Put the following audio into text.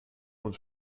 und